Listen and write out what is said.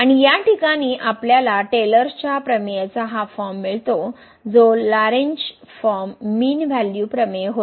आणि या ठिकाणी आपल्याला टेलर्सच्या प्रमेयचा हा फॉर्म मिळतो जो लॅरेंज फॉर्म मीन व्हॅल्यू प्रमेय होता